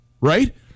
right